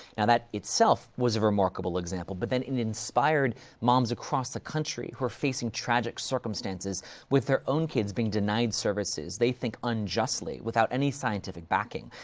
now that, itself, was a remarkable example, but then it inspired moms across the country who are facing tragic circumstances with their own kids being denied services, they think, unjustly, without any scientific backing.